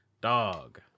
dog